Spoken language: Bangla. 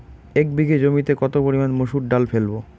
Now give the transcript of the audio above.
এক বিঘে জমিতে কত পরিমান মুসুর ডাল ফেলবো?